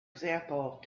example